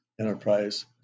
Enterprise